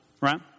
right